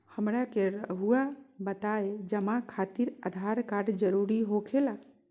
हमरा के रहुआ बताएं जमा खातिर आधार कार्ड जरूरी हो खेला?